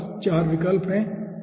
हमारे पास 4 विकल्प हैं